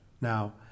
Now